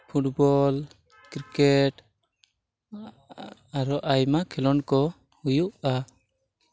football cricket ᱟᱨᱦᱚᱸ ᱟᱭᱢᱟ ᱠᱷᱮᱞᱳᱰ ᱠᱚ ᱦᱩᱭᱩᱜᱼᱟ